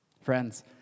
Friends